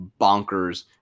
bonkers